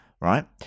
right